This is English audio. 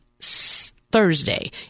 Thursday